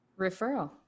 Referral